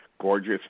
gorgeous